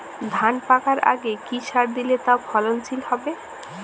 ধান পাকার আগে কি সার দিলে তা ফলনশীল হবে?